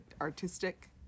artistic